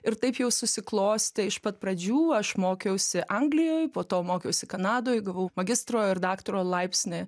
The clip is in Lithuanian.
ir taip jau susiklostė iš pat pradžių aš mokiausi anglijoj po to mokiausi kanadoj gavau magistro ir daktaro laipsnį